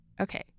okay